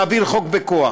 של להעביר חוק בכוח.